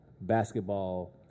basketball